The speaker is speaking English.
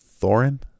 Thorin